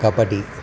kabaddi